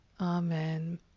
Amen